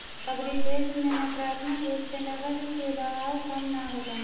arbitrage में नकारात्मक रूप से नकद के बहाव कम ना होला